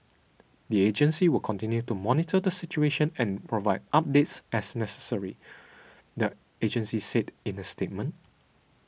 the agency will continue to monitor the situation and provide updates as necessary the agency said in a statement